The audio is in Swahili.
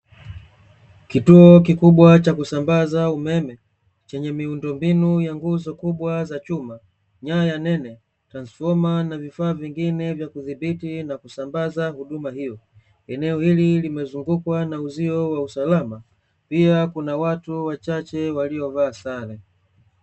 Kituo kikubwa cha kusambaza umeme chenye miundombinu ya nguzo kubwa za chuma, nyaya nene, transfoma na vifaa vingine vya kudhibiti na kusambaza huduma hiyo. Eneo hili limezungukwa na uzio wa usalama, pia kuna watu wachache waliovaa sare.